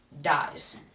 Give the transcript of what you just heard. dies